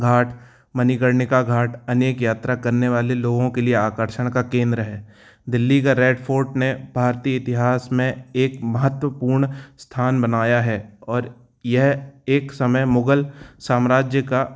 घाट मणिकर्णिका घाट अनेक यात्रा करने वाले लोगों के लिए आकर्षण का केंद्र है दिल्ली का रेड फोर्ट ने भारतीय इतिहास में एक महत्वपूर्ण स्थान बनाया है और यह एक समय मुग़ल साम्राज्य का